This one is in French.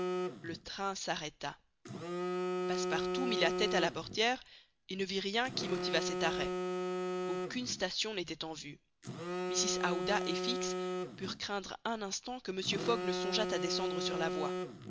le train s'arrêta passepartout mit la tête à la portière et ne vit rien qui motivât cet arrêt aucune station n'était en vue mrs aouda et fix purent craindre un instant que mr fogg ne songeât à descendre sur la voie